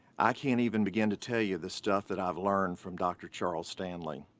i can't even begin to tell you the stuff that i've learned from dr. charles stanley.